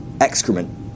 excrement